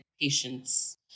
patients